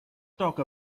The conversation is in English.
talk